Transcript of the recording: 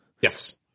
Yes